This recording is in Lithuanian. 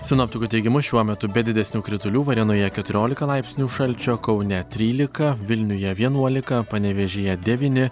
sinoptikų teigimu šiuo metu be didesnių kritulių varėnoje keturiolika laipsnių šalčio kaune trylika vilniuje vienuolika panevėžyje devyni